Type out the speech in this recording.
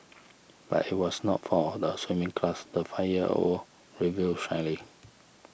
but it was not for the swimming class the five year old revealed shyly